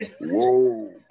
Whoa